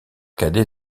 cadet